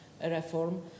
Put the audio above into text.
reform